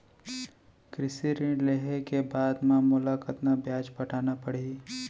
कृषि ऋण लेहे के बाद म मोला कतना ब्याज पटाना पड़ही?